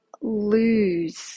lose